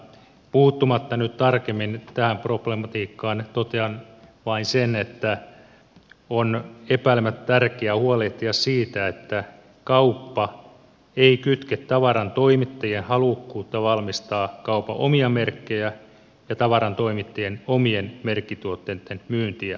puuttumatta nyt tarkemmin tähän problematiikkaan totean vain sen että on epäilemättä tärkeää huolehtia siitä että kauppa ei kytke tavarantoimittajien halukkuutta valmistaa kaupan omia merkkejä ja tavarantoimittajien omien merkkituotteitten myyntiä toisiinsa